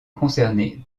concernée